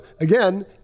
again